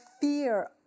fear